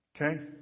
Okay